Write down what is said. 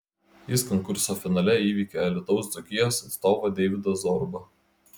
jis konkurso finale įveikė alytaus dzūkijos atstovą deividą zorubą